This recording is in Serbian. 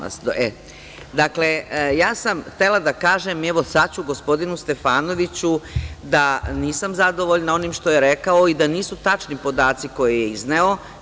Dakle, ja sam htela da kažem gospodinu Stefanoviću da nisam zadovoljna onim što je rekao i da nisu tačni podaci koje je izneo.